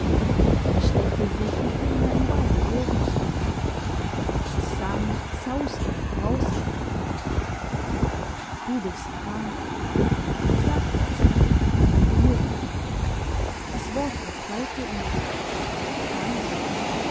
er steckte sich die finger in beide ohren es sang sauste und brauste du bist krank er sagte es laut ruhig das wort befreite ihn krank